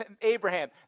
Abraham